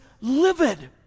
livid